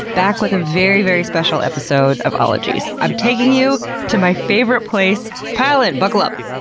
back with a very, very special episode of ologies. i'm taking you to my favorite place. pile in! buckle up!